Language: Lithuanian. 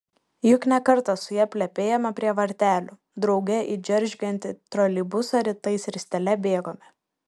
juk ne kartą su ja plepėjome prie vartelių drauge į džeržgiantį troleibusą rytais ristele bėgome